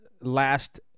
last